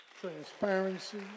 transparency